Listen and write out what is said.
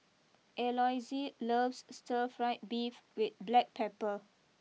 Eloise loves Stir Fried Beef with Black Pepper